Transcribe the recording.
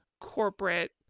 corporate